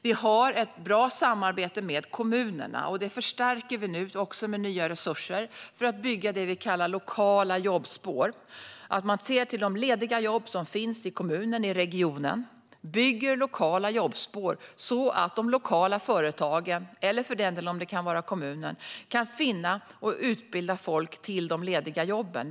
Vi har ett bra samarbete med kommunerna, och detta förstärker vi nu med nya resurser för att bygga det vi kallar lokala jobbspår: att man ser till de lediga jobb som finns i kommunen eller regionen och bygger lokala jobbspår så att de lokala företagen, eller för den delen kommunen, kan finna och utbilda folk till de lediga jobben.